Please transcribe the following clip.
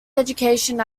education